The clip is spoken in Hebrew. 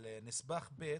על נספח ב'